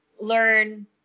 learn